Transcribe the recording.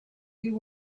you